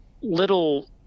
little